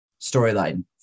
storyline